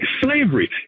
slavery